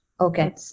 okay